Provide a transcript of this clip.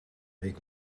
avec